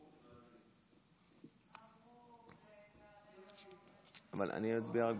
ההצעה להעביר את הצעת חוק